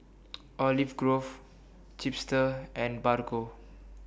Olive Grove Chipster and Bargo